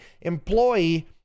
employee